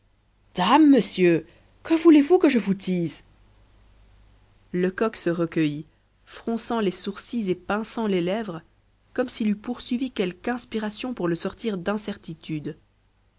monsieur que voulez-vous que je vous dise lecoq se recueillit fronçant les sourcils et pinçant les lèvres comme s'il eût poursuivi quelque inspiration pour le sortir d'incertitude